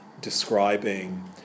describing